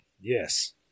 Yes